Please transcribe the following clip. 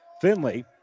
Finley